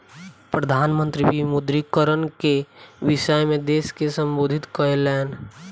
प्रधान मंत्री विमुद्रीकरण के विषय में देश के सम्बोधित कयलैन